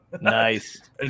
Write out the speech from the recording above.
Nice